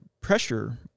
pressure